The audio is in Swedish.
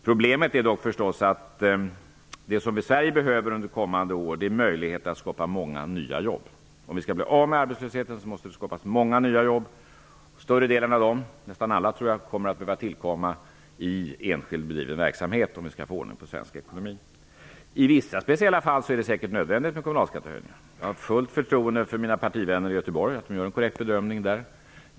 Problemet är dock att det som vi i Sverige under kommande år behöver är möjligheter att skapa många nya jobb. För att vi skall bli av med arbetslösheten måste det skapas många nya jobb. Större delen av dem -- ja, nästan alla -- tror jag behöver tillkomma i enskilt bedriven verksamhet för att vi skall få ordning på svensk ekonomi. I vissa speciella fall är det säkert nödvändigt med kommunalskattehöjningar. Jag har fullt förtroende för mina partivänner i Göteborg och tror att de gör en korrekt bedömning.